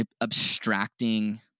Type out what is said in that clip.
abstracting